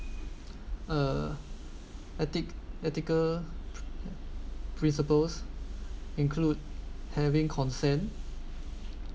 uh ethic ethical principles include having consent